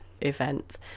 event